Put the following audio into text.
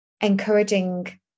encouraging